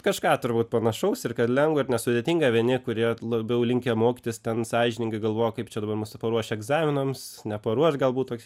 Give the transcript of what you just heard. kažką turbūt panašaus ir kad lengva ir nesudėtinga vieni kurie labiau linkę mokytis ten sąžiningai galvojo kaip čia dabar mus paruoš egzaminams neparuoš galbūt toks